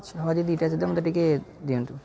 ଘରେ ଦୁଇଟା ସୁଧା ମୋତେ ଟିକିଏ ଦିଅନ୍ତୁ